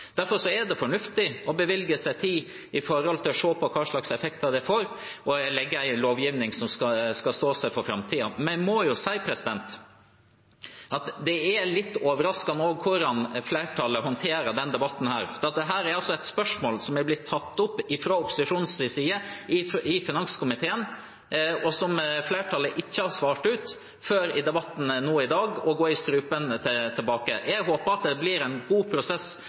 Derfor er det fornuftig å bevilge seg tid til å se på hva slags effekter det får, og vedta en lovgivning som skal stå seg i framtiden. Det er litt overraskende hvordan flertallet håndterer denne debatten, for dette er et spørsmål som har blitt tatt opp av opposisjonen i finanskomiteen, og som flertallet ikke har svart ut før i debatten nå i dag, ved å gå i strupen på en tilbake. Jeg håper det blir en god prosess